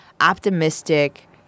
optimistic